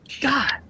god